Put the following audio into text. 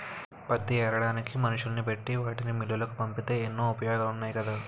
పత్తి ఏరడానికి మనుషుల్ని పెట్టి వాటిని మిల్లులకు పంపితే ఎన్నో ఉపయోగాలున్నాయి కదా